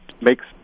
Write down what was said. makes